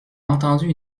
entendu